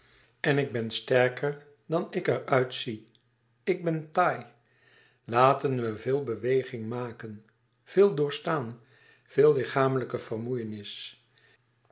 en ik ben sterker dan ik er uitzie ik ben taai laten we veel beweging maken veel doorstaan veel lichamelijke vermoeienis